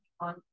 on